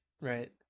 right